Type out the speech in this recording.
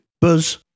Buzz